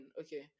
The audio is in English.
Okay